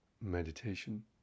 meditation